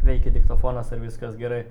veikia diktofonas ar viskas gerai